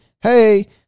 hey